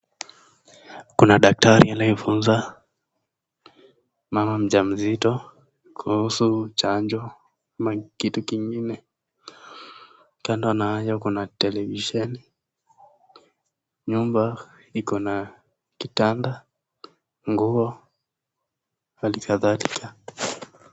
Kuna daktari anayefunza mama mjamzito kuhusu chanjo ama kitu kingine, kando na hayo kuna televisheni. Nyumba iko na kitanda, nguo hali kadhalika.